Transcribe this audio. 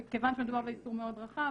כיוון שמדובר באיסור מאוד רחב,